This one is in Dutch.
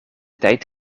tijd